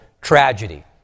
tragedy